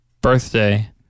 birthday